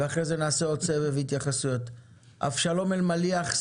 אבשלום אלמליח,